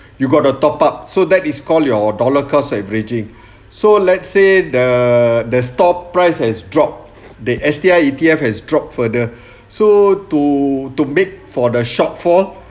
you got to top up so that is call your dollar cost averaging so let's say the the stock price has dropped the S_T_I E_T_F has drop further so to to make for the shortfall